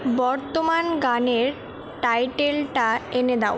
বর্তমান গানের টাইটেলটা এনে দাও